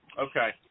Okay